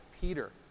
Peter